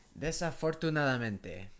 Desafortunadamente